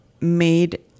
made